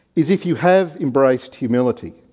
is if you have embraced humility.